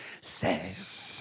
says